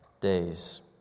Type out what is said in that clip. days